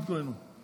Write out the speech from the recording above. פתרנו את הבעיה.